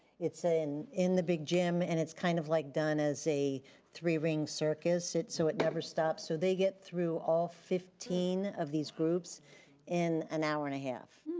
it's in in the big gym and it's kind of like done as a three ring circus. so it never stops. so they get through all fifteen of these groups in an hour and a half,